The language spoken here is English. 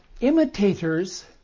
imitators